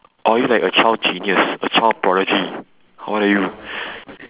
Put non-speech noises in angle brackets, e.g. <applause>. or are you like a child genius a child prodigy who are you <breath>